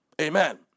Amen